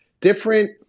Different